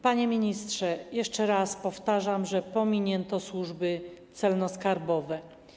Panie ministrze, jeszcze raz powtarzam, że pominięto służby celno-skarbowe.